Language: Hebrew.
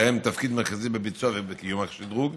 ויש להן תפקיד מרכזי בביצוע ובקידום של השדרוג.